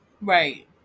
Right